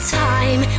time